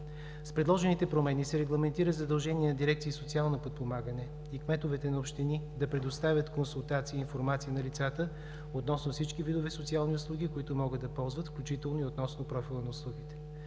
С предложените промени се регламентира задължение на дирекция „Социално подпомагане“ и кметовете на общини да предоставят консултации и информации на лицата относно всички видове социални услуги, които могат да ползват, включително и относно профила на услугите.